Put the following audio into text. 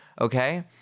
Okay